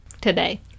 today